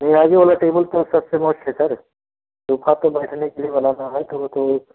वो आगे वाला टेबल तो सबसे मस्ट है सर सोफा तो बैठने के लिए बनाना है लोगों के लिए